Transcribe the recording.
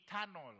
eternal